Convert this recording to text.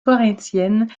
corinthiennes